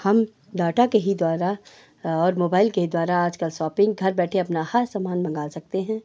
हम डाटा के ही द्वारा और मोबाइल के ही द्वारा आजकल शॉपिन्ग घर बैठे अपना हर सामान मँगा सकते हैं